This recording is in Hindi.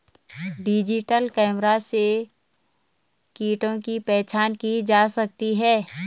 डिजिटल कैमरा से कीटों की पहचान की जा सकती है